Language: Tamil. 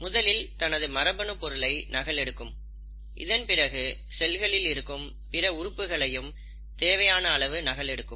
முதலில் தனது மரபணு பொருளை நகல் எடுக்கும் இதன் பிறகு செல்களில் இருக்கும் பிற உறுப்புகளையும் தேவையான அளவு நகலெடுக்கும்